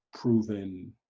proven